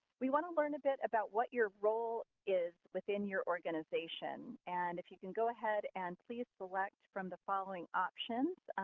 we want to learn a bit about what your role is within your organization. and if you can go ahead and please select from the following options,